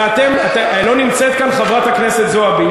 לא נמצאת כאן חברת הכנסת זועבי